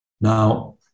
Now